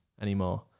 anymore